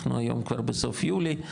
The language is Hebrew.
אנחנו היום כבר בסוף יולי.